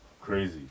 Crazy